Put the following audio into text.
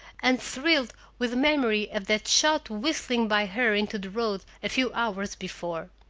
and thrilled with the memory of that shot whistling by her into the road a few hours before.